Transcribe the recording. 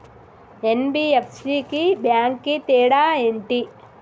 NBFC కి bank కి తేడా ఏంటి?